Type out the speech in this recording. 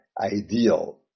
ideal